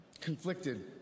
conflicted